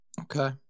Okay